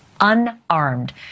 unarmed